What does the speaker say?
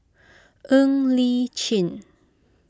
Ng Li Chin